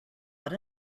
but